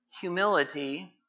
humility